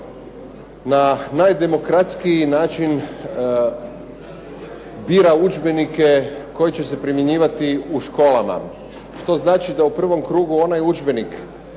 na najdemokratskiji način bira udžbenike koji će se primjenjivati u školama. Što znači da u prvom krugu onaj udžbenik